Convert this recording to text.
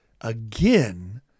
again